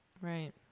right